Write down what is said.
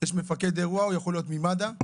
יש מפקד אירוע שיכול להיות ממד"א,